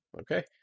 Okay